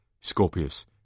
Scorpius